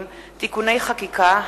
לאוכלוסיות נזקקות (תיקוני חקיקה),